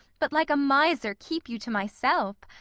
but like a miser keep you to myself,